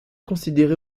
considéré